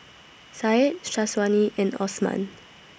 Said Syazwani and Osman